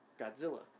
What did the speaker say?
Godzilla